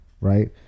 right